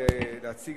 אין